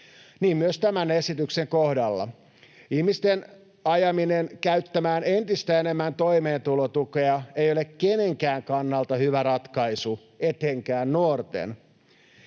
myös tämän esityksen kohdalla. Ihmisten ajaminen käyttämään entistä enemmän toimeentulotukea ei ole kenenkään kannalta hyvä ratkaisu, etenkään nuorten.